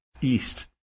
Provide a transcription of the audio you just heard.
east